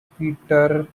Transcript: peter